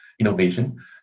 innovation